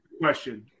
Question